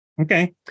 Okay